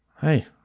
Hey